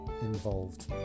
involved